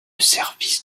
service